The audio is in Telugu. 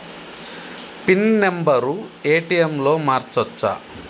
పిన్ నెంబరు ఏ.టి.ఎమ్ లో మార్చచ్చా?